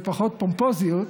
בפחות פומפוזיות,